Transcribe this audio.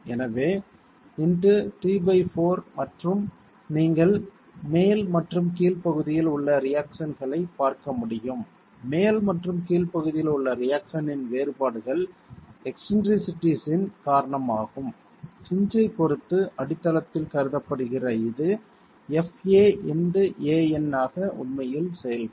எனவே into t4 மற்றும் நீங்கள் மேல் மற்றும் கீழ் பகுதியில் உள்ள ரியாக்சன்களை பார்க்க முடியும் மேல் மற்றும் கீழ் பகுதியில் உள்ள ரியாக்சன் இன் வேறுபாடுகள் எக்ஸ்ன்ட்ரிசிட்டிஸ்ஸின் காரணமாகும் ஹின்ஜ் ஐப் பொறுத்து அடித்தளத்தில் கருதப்படுகிற இது fa x An ஆக உண்மையில் செயல்படும்